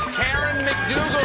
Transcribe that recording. karen mcdougall